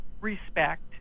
respect